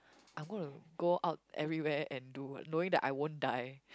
I'm gonna go out everywhere and do what knowing that I won't die